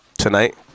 Tonight